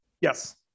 Yes